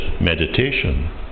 meditation